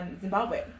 Zimbabwe